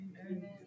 Amen